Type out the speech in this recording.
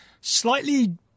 slightly